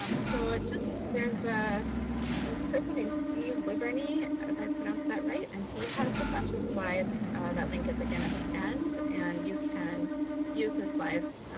um so ah there's ah a person named steve wyborney if i pronounced that right. and he has a bunch of slides that link us again at the end. and you can use his slides